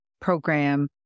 program